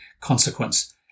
consequence